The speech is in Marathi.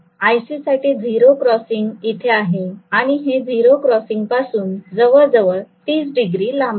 iC साठी झिरो क्रॉसिंग इथे आहे आणि हे झिरो क्रॉसिंग पासून जवळजवळ 30 डिग्री लांब आहे